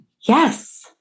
Yes